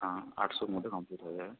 আটশোর মধ্যে কমপ্লিট হয়ে যাবে